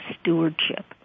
stewardship